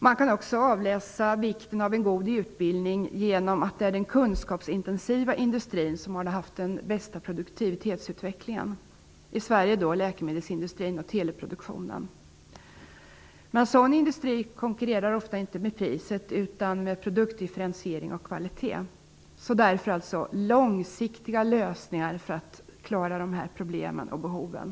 Man kan också avläsa vikten av en god utbildning genom att det är den kunskapsintensiva industrin som har haft den bästa produktivitetsutvecklingen. I Sverige gäller det läkemedelsindustrin och teleproduktionen. Men sådan industri konkurrerar ofta inte med priset utan med produktdifferentiering och kvalitet. Därför gäller alltså långsiktiga lösningar för att klara de här problemen och behoven.